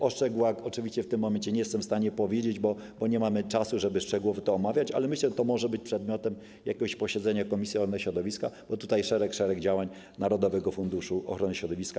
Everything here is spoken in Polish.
O szczegółach oczywiście w tym momencie nie jestem w stanie powiedzieć, bo nie mamy czasu, żeby szczegółowo to omawiać, ale myślę, że to może być przedmiotem posiedzenia komisji ochrony środowiska, bo tutaj przewidziano szereg działań narodowego funduszu ochrony środowiska.